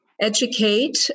educate